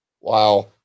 Wow